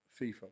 fifa